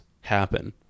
happen